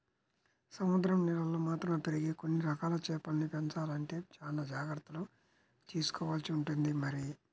సముద్రం నీళ్ళల్లో మాత్రమే పెరిగే కొన్ని రకాల చేపల్ని పెంచాలంటే చానా జాగర్తలు తీసుకోవాల్సి ఉంటుంది మరి